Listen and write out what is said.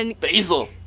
Basil